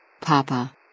Papa